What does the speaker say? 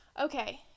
Okay